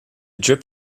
drip